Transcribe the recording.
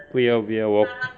不要不要我